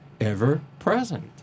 ever-present